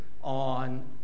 on